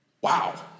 Wow